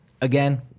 Again